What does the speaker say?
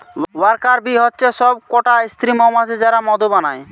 worker bee হচ্ছে সব কটা স্ত্রী মৌমাছি যারা মধু বানায়